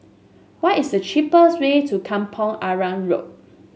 what is the cheapest way to Kampong Arang Road